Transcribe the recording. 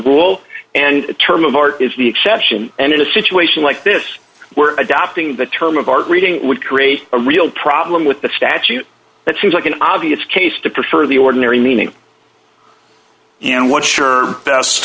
rule and the term of art is the exception and in a situation like this we're adopting the term of art reading would create a real problem with the statute that seems like an obvious case to the sort of the ordinary meaning and what sure best